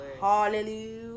Hallelujah